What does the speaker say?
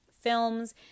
films